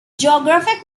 geographic